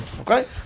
Okay